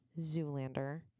Zoolander